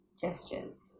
gestures